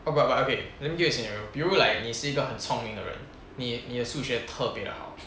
but but but okay let me give you a scenario 比如 like 你是一个很聪明的人你的数学特别的好